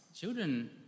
children